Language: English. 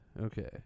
Okay